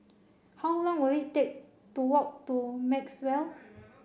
how long will it take to walk to Maxwell